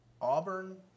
Auburn